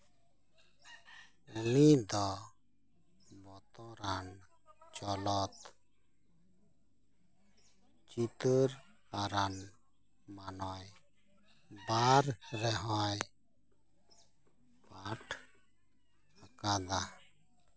ᱩᱱᱤ ᱫᱚ ᱵᱚᱛᱚᱨᱟᱱ ᱪᱚᱞᱚᱛ ᱪᱤᱛᱟᱹᱨ ᱟᱨᱟᱱ ᱢᱟᱱᱚᱭ ᱵᱟᱨ ᱨᱮᱦᱚᱸᱭ ᱯᱟᱴᱷ ᱟᱠᱟᱫᱟᱭ